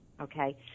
Okay